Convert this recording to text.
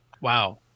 Wow